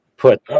Put